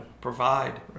provide